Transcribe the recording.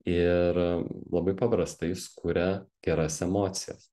ir labai paprasta jis kuria geras emocijas